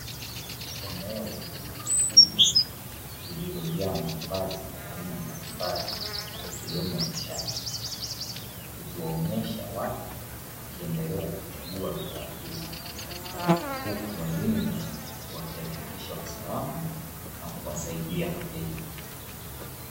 Eneo la duka kubwa lililojaa mavazi ya aina mbalimbali ikiwemo masharti ikiwaonyesha watu wakiendelea kuchagua bidhaa hizo huku walinzi wakihakikisha usalama na kuwasaidia wateja.